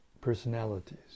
personalities